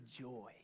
joy